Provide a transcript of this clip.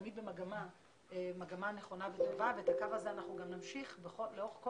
תמיד במגמה נכונה וטובה ואת הקו הזה אנחנו גם נמשיך לאורך כל